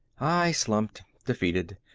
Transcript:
i slumped, defeated,